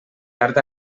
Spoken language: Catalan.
tard